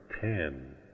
ten